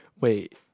Wait